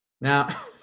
Now